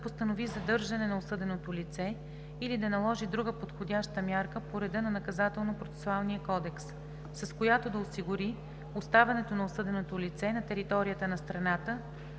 да постанови задържане на осъденото лице или да наложи друга подходяща мярка по реда на Наказателно-процесуалния кодекс, с която да осигури оставането на осъденото лице на територията на страната